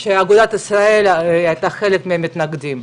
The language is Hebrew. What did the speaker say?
כשאגודת ישראל הייתה חלק מהמתנגדים,